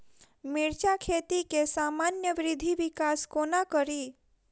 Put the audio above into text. मिर्चा खेती केँ सामान्य वृद्धि विकास कोना करि?